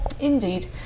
Indeed